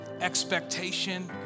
expectation